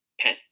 pen